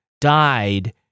died